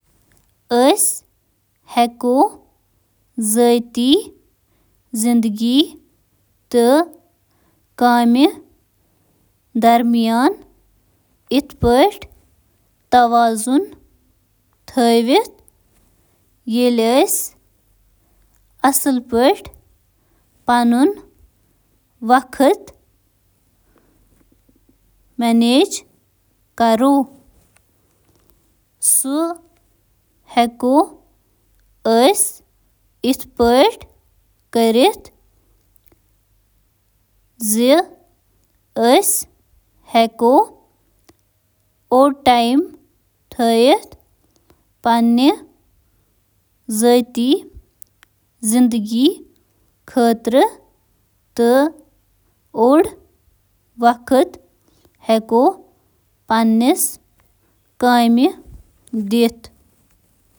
پنْنئ value زانِو۔ کوٗشِش کٔرِو یہِ سوچنہٕ خٲطرٕ کینٛہہ وقت گُزٲرِتھ زِ زِنٛدگی منٛز کیٛاہ چھُ تۄہہِ خٲطرٕ اَہَ... پریکٹس کْریو ٹایم مینجمنٹ۔ کیا تۄہہِ چھا زانٛہہ تعجب زِ یہِ دۄہ کوٚت گوٚو؟... باونڈری کْریو سیٹ ۔... پنٛنہِ کامہِ ہُنٛد لُطُف تُلِو۔... پنٛنِس مٲلیاتُک جٲیزٕ کٔرِو۔... رشتن ہٕنٛز پرورش کٔرِو۔... پننِس صحتس پیٹھ کٔرِو توجہ ۔... ٹایم کْریو ڈاون ۔